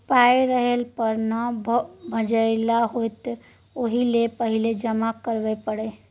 पाय रहले पर न भंजाओल जाएत ओहिलेल पहिने जमा करय पड़त